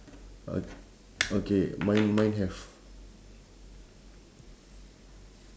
o~ okay mine mine have